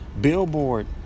billboard